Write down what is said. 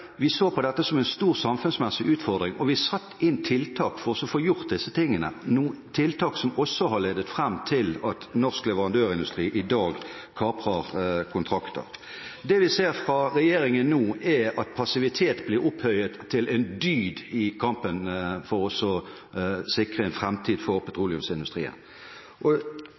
Vi så på dette som en stor samfunnsmessig utfordring, og vi satte inn tiltak for å få gjort disse tingene – tiltak som har ledet fram til at norsk leverandørindustri i dag kaprer kontrakter. Det vi ser fra regjeringen nå, er at passivitet blir opphøyet til en dyd i kampen for å få sikret en framtid for